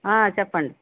చెప్పండి